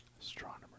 Astronomer